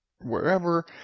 wherever